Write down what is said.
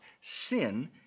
sin